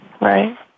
right